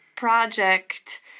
Project